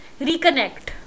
reconnect